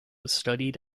studied